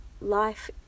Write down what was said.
life